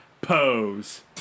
pose